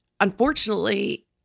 unfortunately